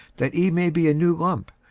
that ye may be a new lump,